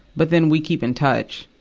but then we keep in touch.